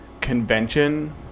convention